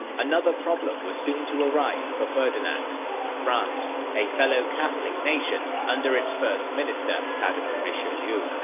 another problem was soon to arise for ferdinand france, a fellow catholic nation, under its first minister cardinal richelieu.